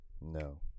No